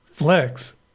Flex